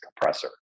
compressor